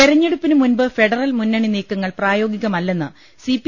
തെരഞ്ഞെടുപ്പിന്മുൻപ് federal മുന്നണി നീക്കങ്ങൾ പ്രായോഗി കമല്ലെന്ന് സിപി